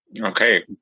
okay